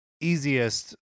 easiest